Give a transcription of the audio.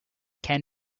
can